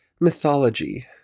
mythology